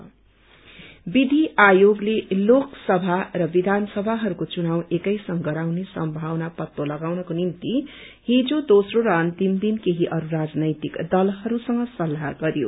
joint election विषि आयोगले लोक समा र विषान समाहरूको चुनाव एकसाथ गराउने सम्भावना पत्ता लगाउनको निभ्ति हिज दोस्रो र अन्तिम दिन केष्ठी अरू राजनैतिक दलहरूसँग सल्ताह गरयो